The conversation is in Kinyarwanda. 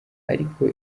ariko